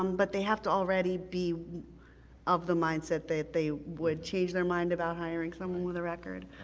um but they have to already be of the mindset that they would change their mind about hiring someone with a record.